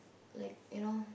like you know